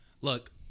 Look